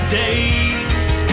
days